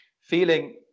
feeling